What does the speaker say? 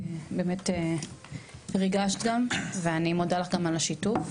באמת ריגשת גם ואני מודה לך גם על השיתוף.